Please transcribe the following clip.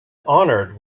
honored